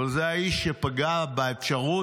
אבל זה האיש שפגע באפשרות